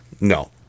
No